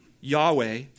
Yahweh